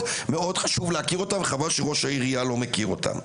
חשוב להכיר אותם וחבל שראש העירייה לא מכיר אותם,